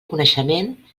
coneixement